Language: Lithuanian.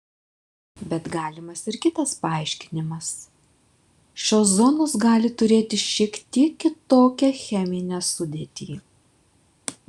bet galimas ir kitas paaiškinimas šios zonos gali turėti šiek tiek kitokią cheminę sudėtį